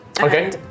Okay